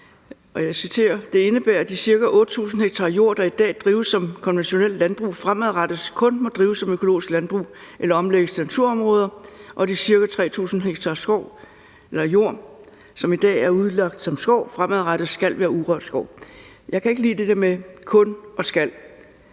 jeg citerer: »Det indebærer, at de ca. 8.000 ha jord, der i dag drives som konventionelt landbrug, fremadrettet kun må drives som økologisk landbrug eller omlægges til naturområder, og at de ca. 3.000 ha jord, som i dag er udlagt som skov, fremadrettet skal være urørt skov.« Jeg kan ikke lide det med »kun« og »skal«.